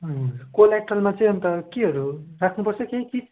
कोलेट्रलमा चाहिँ अन्त केहरू राख्नुपर्छ केही चिज